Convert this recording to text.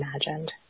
imagined